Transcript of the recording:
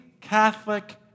Catholic